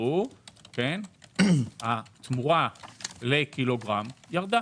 גדלו התמורה לקילוגרם ירדה.